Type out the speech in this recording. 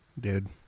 Dude